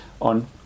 on